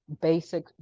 basic